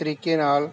ਤਰੀਕੇ ਨਾਲ